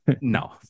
No